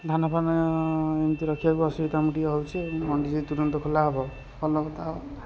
ଧାନଫାନ ଏମତି ରଖିବାକୁ ଅସୁବିଧା ଆମକୁ ଟିକେ ହେଉଛି ମଣ୍ଡି ଯଦି ତୁରନ୍ତ ଖୋଲା ହବ ଭଲ କଥା